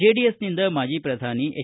ಜೆಡಿಎಸ್ನಿಂದ ಮಾಜಿ ಪ್ರಧಾನಿ ಎಚ್